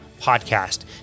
Podcast